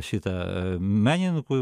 šitą menininkų